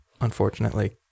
unfortunately